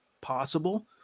Possible